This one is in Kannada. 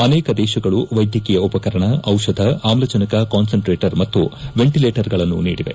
ಅನೇಕ ದೇಶಗಳು ವೈದ್ಯಕೀಯ ಉಪಕರಣ ಔಷಧ ಅಮ್ಲಜನಕ ಕಾನ್ಪನ್ಟ್ರೀಟರ್ ಮತ್ತು ವೆಂಟಿಲೇಟರ್ಗಳನ್ನು ನೀಡಿವೆ